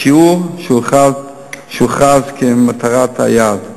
השיעור שהוכרז כמטרת היעד.